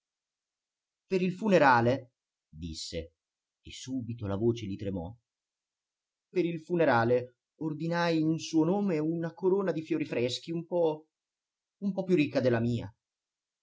per il funerale disse e subito la voce gli tremò per il funerale ordinai in suo nome una corona di fiori freschi un po un po più ricca della mia